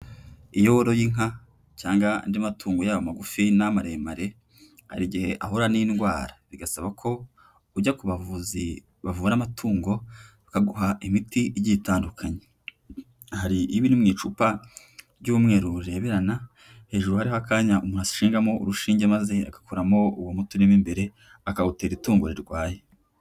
Iyo woroye inka cyangwa andi matungo yaba amagufi n'amaremare, hari igihe ahura n'indwara bigasaba ko ujya ku bavuzi bavura amatungo bakaguha imiti igiyeitandukanye. Hari iba iri mu icupa ry'umweru rireberana hejuru hariho akanya umuntu ahashingamo urushinge maze agakuramo uwo muti urimo imbere akawutera itungo rirwaye.